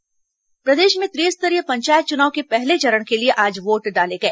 पंचायत चुनाव प्रदेश में त्रिस्तरीय पंचायत चुनाव के पहले चरण के लिए आज वोट डाले गए